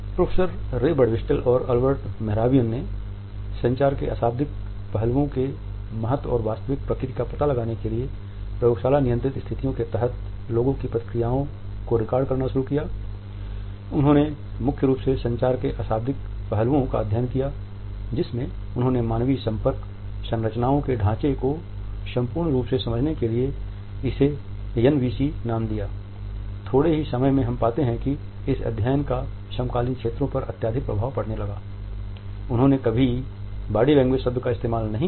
professor Ray Birdwhistell और Albert Mehrabian ने संचार के अशाब्दिक पहलुओं के महत्व और वास्तविक प्रकृति का पता लगाने के लिए प्रयोगशाला नियंत्रण स्थितियों के तहत लोगों की प्रतिक्रियाओं को रिकॉर्ड करना शुरूउन्होंने कभी बॉडी लैंग्वेज शब्द का इस्तेमाल नहीं किया था